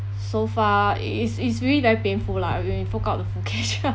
so far it is is really very painful lah when when you fork out the full cash